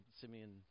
Simeon